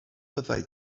byddai